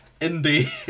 Indeed